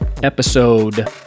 episode